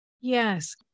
Yes